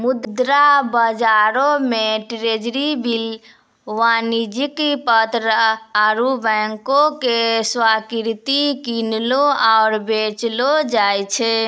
मुद्रा बजारो मे ट्रेजरी बिल, वाणिज्यक पत्र आरु बैंको के स्वीकृति किनलो आरु बेचलो जाय छै